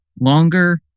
longer